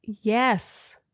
Yes